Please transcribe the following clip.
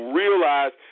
realize